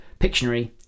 Pictionary